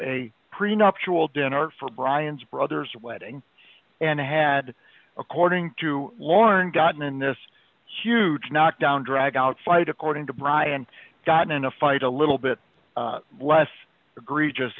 a pre nuptial dinner for brian's brother's wedding and had according to lorne gotten in this huge knockdown drag out fight according to brian got in a fight a little bit less agree just